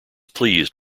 pleased